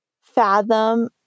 fathom